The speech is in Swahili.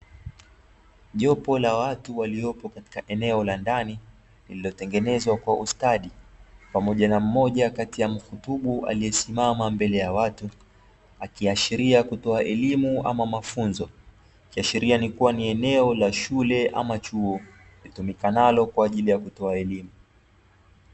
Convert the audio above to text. Jopo la watu waliopo katika eneo la ndani, lililotengenezwa kwa ustadi, pamoja na mmoja kati ya mkutubu aliyesimama mbele ya watu, akiashiria kutoa elimu au mafunzo, akiashiria kuwa ni eneo la shule, ama chuo litumikalo kwa ajili ya kutolea elimu.